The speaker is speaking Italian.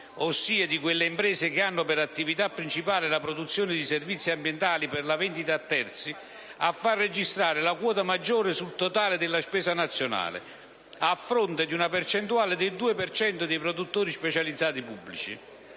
ossia di quelle imprese che hanno per attività principale la produzione di servizi ambientali per la vendita a terzi, a far registrare la quota maggiore sul totale della spesa nazionale, a fronte di una percentuale del 2 per cento dei produttori specializzati pubblici.